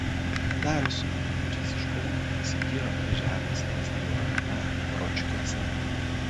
darius su bendraminčiais iš kauno įsigijo žemės lazdijų rajone ročkiuose